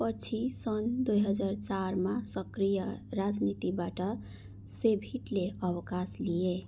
पछि सन् दुई हजार चारमा सक्रिय राजनीतिबाट सेभिटले अवकाश लिए